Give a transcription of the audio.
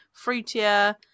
fruitier